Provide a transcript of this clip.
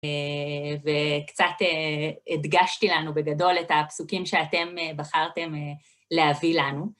וקצת הדגשתי לנו בגדול את הפסוקים שאתם בחרתם להביא לנו.